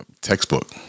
textbook